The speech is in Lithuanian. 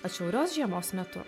atšiaurios žiemos metu